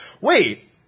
Wait